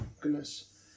goodness